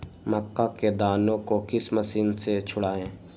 मक्का के दानो को किस मशीन से छुड़ाए?